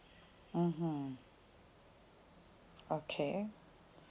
mmhmm okay